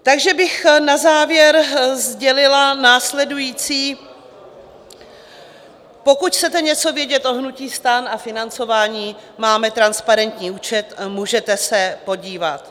Takže bych na závěr sdělila následující: Pokud chcete něco vědět o hnutí STAN a financování, máme transparentní účet, můžete se podívat.